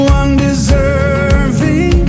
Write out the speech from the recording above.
undeserving